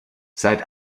seit